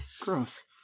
gross